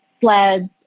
sleds